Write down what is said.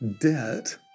debt